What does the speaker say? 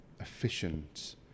efficient